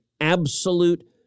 absolute